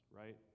right